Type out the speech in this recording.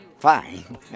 Fine